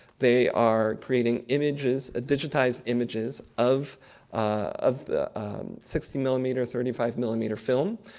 they are creating images ah digitized images of of sixty millimeter, thirty five millimeter film,